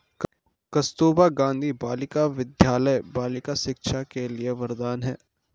कस्तूरबा गांधी बालिका विद्यालय बालिका शिक्षा के लिए वरदान है